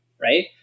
right